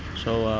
so